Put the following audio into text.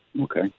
Okay